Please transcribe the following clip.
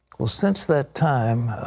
well, since that time,